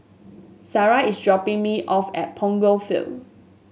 Sariah is dropping me off at Punggol Field